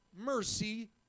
Mercy